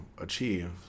achieve